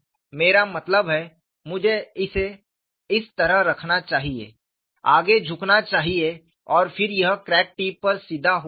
मेरा मतलब है मुझे इसे इस तरह रखना चाहिए आगे झुकना चाहिए और फिर यह क्रैक टिप पर सीधा हो रहा है